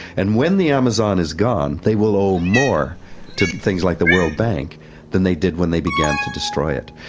and when the amazon is gone they will owe more to things like the world bank than they did when they began to destroy it.